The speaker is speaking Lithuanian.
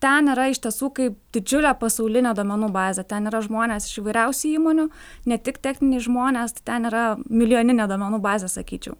ten yra iš tiesų kaip didžiulė pasaulinė duomenų bazė ten yra žmonės iš įvairiausių įmonių ne tik techniniai žmonės tai ten yra milijoninė duomenų bazė sakyčiau